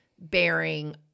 bearing